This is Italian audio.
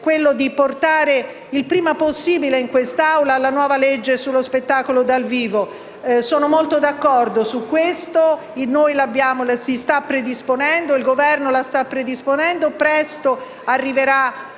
quello di portare il prima possibile in quest'Assemblea la nuova legge sullo spettacolo. Sono molto d'accordo su questo. Il Governo la sta predisponendo. Presto arriverà